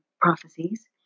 prophecies